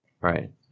right